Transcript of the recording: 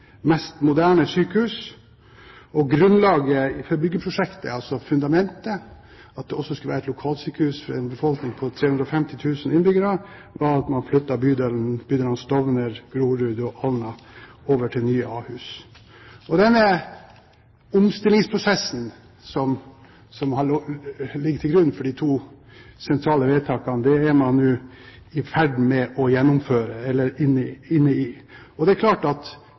mest moderne sykehus. Grunnlaget for byggeprosjektet, altså fundamentet – at det også skulle være et lokalsykehus for en befolkning på 350 000 innbyggere – var at man flyttet bydelene Stovner, Grorud og Alna over til Nye Ahus. Denne omstillingsprosessen, som har ligget til grunn for disse to sentrale vedtakene, er man nå inne i og i ferd med å gjennomføre. Dette er en komplisert prosess som ikke må undervurderes. Sikkerheten til befolkningen i